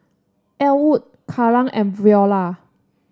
Elwood Karan and Viola